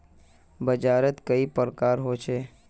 बाजार त कई प्रकार होचे?